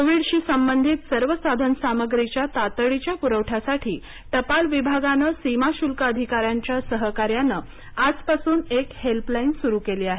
कोविडशी संबंधित सर्व साधन सामग्रीच्या तातडीच्या पुरवठ्यासाठी टपाल विभागानं सीमा शुल्क अधिकाऱ्यांच्या सहकार्यानं आजपासून एक हेल्पलाईन सुरू केली आहे